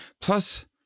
plus